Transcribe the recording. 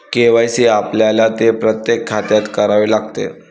KYC आपल्याला ते प्रत्येक खात्यात करावे लागते